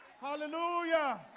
Hallelujah